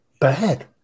bad